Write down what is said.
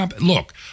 Look